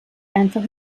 einfach